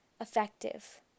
effective